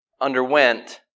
underwent